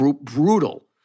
brutal